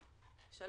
(3)